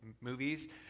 movies